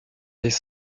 des